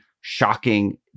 shocking